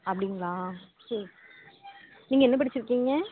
அப்படிங்களா சரி நீங்கள் என்ன படிச்சுருக்கீங்க